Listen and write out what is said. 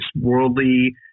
worldly